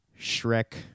Shrek